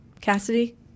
Cassidy